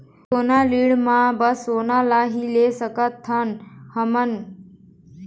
सोना ऋण मा बस सोना ला ही ले सकत हन हम?